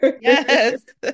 Yes